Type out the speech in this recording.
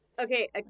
Okay